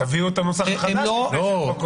תביאו את הנוסח החדש לפני שהן פוקעות.